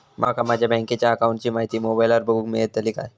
माका माझ्या बँकेच्या अकाऊंटची माहिती मोबाईलार बगुक मेळतली काय?